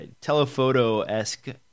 telephoto-esque